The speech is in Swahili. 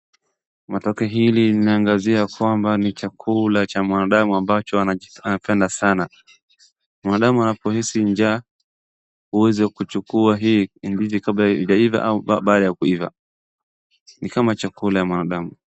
Matoke hili inaagazia kwamba ni chakula cha mwanadamu ambacho anapenda sana. Mwanadamu anapohisi njaa uweza kuchukua hii ndizi kabla haijaiva au baada ya kuiva, ni kama chakula ya mwanadamu.